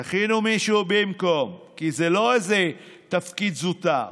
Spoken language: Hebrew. תכינו מישהו במקום, כי זה לא איזה תפקיד זוטר,